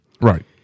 Right